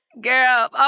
Girl